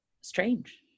strange